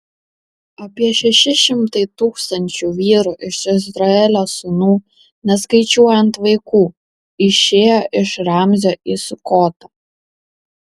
apie šeši šimtai tūkstančių vyrų iš izraelio sūnų neskaičiuojant vaikų išėjo iš ramzio į sukotą